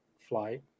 flight